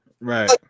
Right